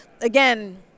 again